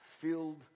filled